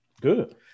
Good